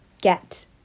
get